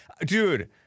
Dude